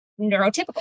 neurotypical